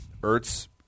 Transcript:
Ertz